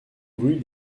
rue